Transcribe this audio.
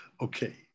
okay